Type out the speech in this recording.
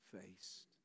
faced